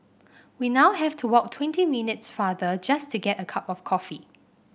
we now have to walk twenty minutes farther just to get a cup of coffee